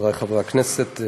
חברי חברי הכנסת,